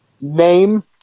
name